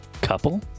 couple